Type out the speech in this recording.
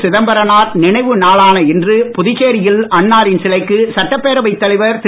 சிதம்பரனார் நினைவு நாளான இன்று புதுச்சேரியில் அன்னாரின் சிலைக்கு சட்டப்பேரவைத் தலைவர் திரு